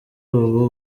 ubu